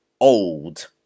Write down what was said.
old